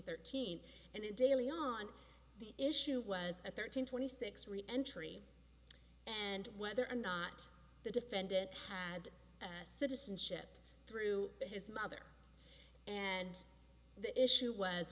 thirteen and it daily on the issue was at thirteen twenty six re entry and whether or not the defendant had citizenship through his mother and the issue was